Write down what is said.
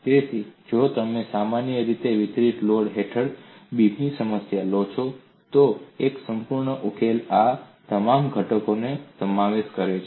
તેથી જો તમે સમાન રીતે વિતરિત લોડ હેઠળ બીમની સમસ્યા લો છો તો એક સંપૂર્ણ ઉકેલ આ તમામ ઘટકોનો સમાવેશ કરે છે